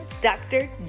Dr